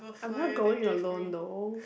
I'm not going alone though